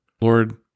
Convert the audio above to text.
Lord